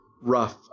Rough